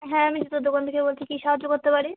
হ্যাঁ আমি জুতোর দোকান থেকে বলছি কী সাহায্য করতে পারি